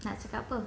nak cakap apa